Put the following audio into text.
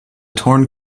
torn